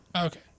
Okay